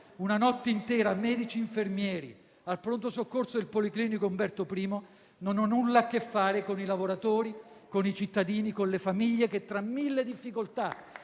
una notte intera medici e infermieri al pronto soccorso del Policlinico Umberto I non ha nulla a che fare con i lavoratori, con i cittadini, con le famiglie che, tra mille difficoltà,